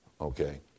okay